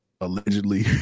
allegedly